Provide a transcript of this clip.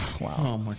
Wow